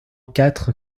quatre